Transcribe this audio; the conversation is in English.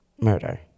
murder